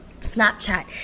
snapchat